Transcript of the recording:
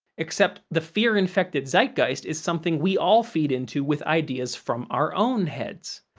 except the fear-infected zeitgeist is something we all feed into with ideas from our own heads.